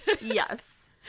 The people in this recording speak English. Yes